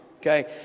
Okay